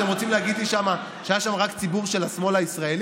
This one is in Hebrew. אתם רוצים להגיד לי שהיה שם רק ציבור של השמאל הישראלי?